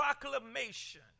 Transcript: proclamation